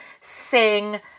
sing